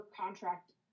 contract